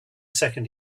second